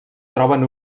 troben